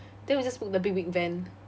then we just book the big big van